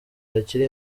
hakiri